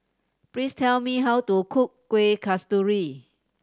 please tell me how to cook Kuih Kasturi